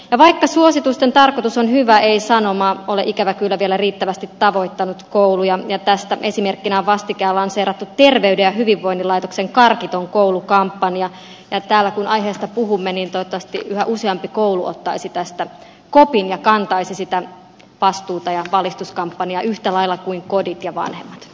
vaikka suositusten tarkoitus on hyvä ei sanoma ole ikävä kyllä vielä riittävästi tavoittanut kouluja ja tästä esimerkkinä on vastikään lanseerattu terveyden ja hyvinvoinnin laitoksen karkiton koulu kampanja ja täällä kun aiheesta puhumme niin toivottavasti yhä useampi koulu ottaisi tästä kopin ja kantaisi sitä vastuuta ja valistuskampanjaa yhtä lailla kuin kodit ja vanhemmat